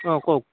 অ' কওক